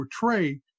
portray